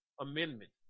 amendment